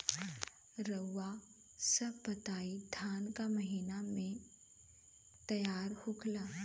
रउआ सभ बताई धान क महीना में तैयार होखेला?